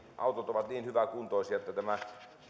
autot ovat nykyisin niin hyväkuntoisia että tämä